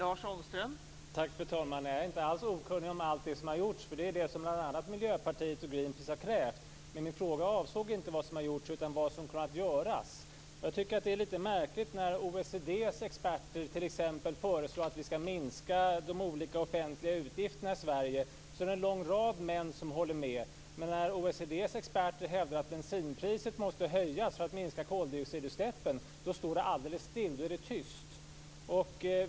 Fru talman! Jag är inte alls okunnig om allt det som har gjorts. Det är det som bl.a. Miljöpartiet och Greenpeace har krävt, men min fråga avsåg inte vad som hade gjorts utan vad som kommer att göras. Jag tycker att det är lite märkligt att det är en lång rad män som håller med när OECD:s experter t.ex. föreslår att vi ska minska de olika offentliga utgifterna i Sverige men att det står alldeles stilla när OECD:s experter hävdar att bensinpriset måste höjas för att man ska minska koldioxidutsläppen. Då är det tyst.